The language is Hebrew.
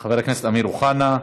חבר הכנסת אמיר אוחנה,